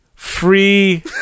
Free